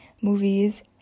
movies